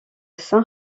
san